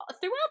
throughout